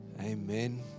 amen